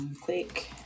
click